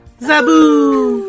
Zaboo